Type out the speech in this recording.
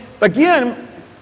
again